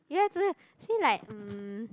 yes yes see like mm